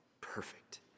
perfect